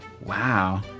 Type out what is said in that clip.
Wow